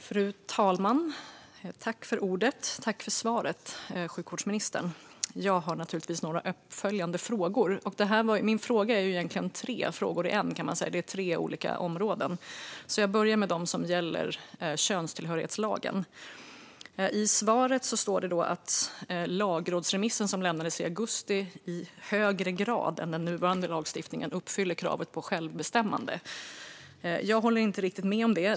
Fru talman! Tack för svaret, sjukvårdsministern! Jag har naturligtvis några uppföljande frågor. Det är egentligen tre frågor i en, kan man säga. Det är tre olika områden. Jag börjar med det som gäller könstillhörighetslagen. I svaret sägs det att lagrådsremissen som lämnades i augusti i högre grad än den nuvarande lagstiftningen uppfyller kravet på självbestämmande. Jag håller inte riktigt med om det.